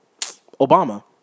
Obama